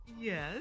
Yes